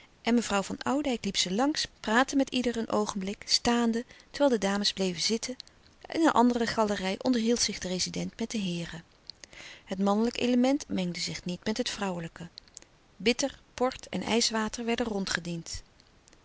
en mevrouw van oudijck liep ze langs praatte met ieder een oogenblik staande terwijl de dames bleven zitten in een andere galerij onderhield zich de rezident met de heeren het mannelijke element mengde zich niet met het vrouwelijke bitter port en ijswater werden